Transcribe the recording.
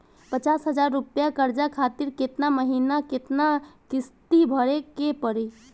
पचास हज़ार रुपया कर्जा खातिर केतना महीना केतना किश्ती भरे के पड़ी?